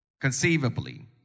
Conceivably